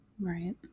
Right